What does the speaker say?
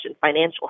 financial